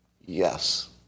Yes